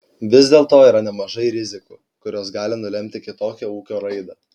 vis dėlto yra nemažai rizikų kurios gali nulemti kitokią ūkio raidą